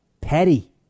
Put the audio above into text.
Petty